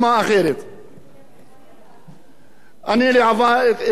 אני התחלתי את החיים שלי כמחנך וכאיש עסקים מוצלח